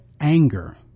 anger